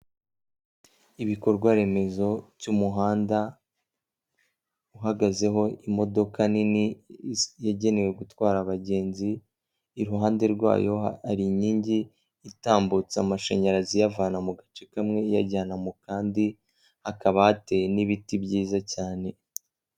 Ibikorwa remezo by'umuhanda uhagazeho imodoka nini yagenewe gutwara abagenzi, iruhande rwayo hari inkingi itambutsa amashanyarazi iyavana mu gace kamwe, iyajyana mu kandi, hakaba hateye n'ibiti byiza cyane.